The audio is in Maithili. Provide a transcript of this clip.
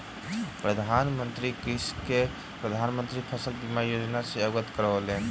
प्रधान मंत्री कृषक के प्रधान मंत्री फसल बीमा योजना सॅ अवगत करौलैन